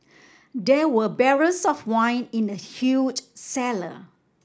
there were barrels of wine in the huge cellar